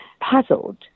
puzzled